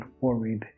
worried